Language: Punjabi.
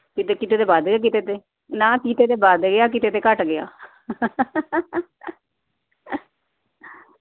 ਕਿਤੇ ਕਿਤੇ 'ਤੇ ਵੱਧ ਗਿਆ ਕਿਤੇ 'ਤੇ ਨਾ ਕਿਤੇ 'ਤੇ ਵੱਧ ਗਿਆ ਕਿਤੇ 'ਤੇ ਘੱਟ ਗਿਆ